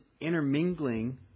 intermingling